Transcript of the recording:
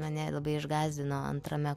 mane labai išgąsdino antrame